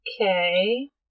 okay